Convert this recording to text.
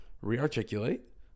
re-articulate